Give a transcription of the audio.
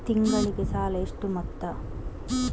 ತಿಂಗಳಿಗೆ ಸಾಲ ಎಷ್ಟು ಮೊತ್ತ?